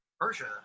Persia